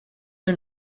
you